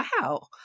Wow